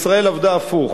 ישראל עבדה הפוך,